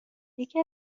یکی